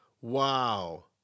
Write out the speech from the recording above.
Wow